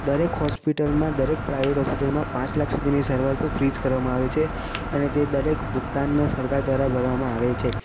દરેક હોસ્પિટલમાં દરેક પ્રાઈવેટ હોસ્પિટલમાં પાંચ લાખ સુધીની સારવાર તો ફ્રી જ કરવામાં આવે છે અને તે દરેક ભૂગતાનને સરકાર દ્વારા ભરવામાં આવે છે